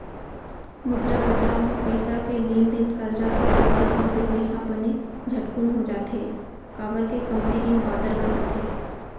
मुद्रा बजार म पइसा के लेन देन करजा के लेवई अउ देवई ह बने झटकून हो जाथे, काबर के कमती दिन बादर बर होथे